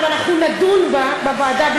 ואנחנו נדון בזה בוועדה,